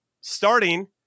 starting